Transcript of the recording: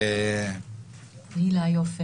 הילה יפה.